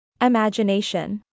Imagination